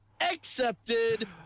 accepted